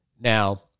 Now